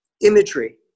imagery